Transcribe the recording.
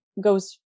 goes